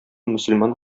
мөселман